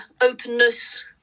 openness